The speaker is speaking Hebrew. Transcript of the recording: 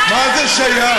מה זה שייך?